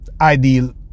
ideal